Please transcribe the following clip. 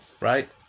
right